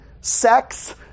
sex